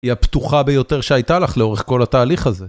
היא הפתוחה ביותר שהייתה לך לאורך כל התהליך הזה.